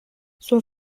son